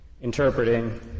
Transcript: interpreting